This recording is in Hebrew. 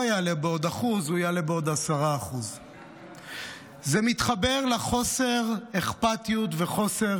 לא יעלה בעוד 1% הוא יעלה בעוד 10%. זה מתחבר לחוסר האכפתיות וחוסר